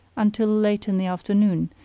until late in the afternoon,